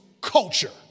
culture